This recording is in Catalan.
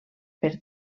per